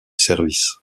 service